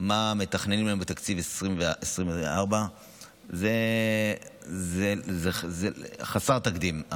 מה מתכננים לנו בתקציב 2024. זה חסר תקדים,